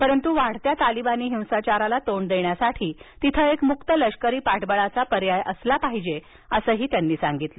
परंतु वाढत्या तलिबानी हिंसाचाराला तोंड देण्यासाठी तिथं एक मुक्त लष्करी पाठबळाचा पर्याय असला पाहिजे असंही त्यांनी सांगितलं